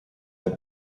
der